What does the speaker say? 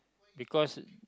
because